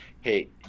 hey